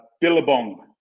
Billabong